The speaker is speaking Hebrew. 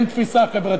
אין תפיסה חברתית,